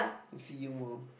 it's he !wah!